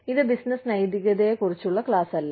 ഇത് ബിസിനസ്സ് നൈതികതയെക്കുറിച്ചുള്ള ക്ലാസല്ല